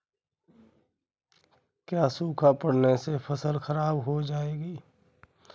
क्या सूखा पड़ने से फसल खराब हो जाएगी?